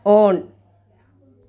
on